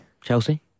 Chelsea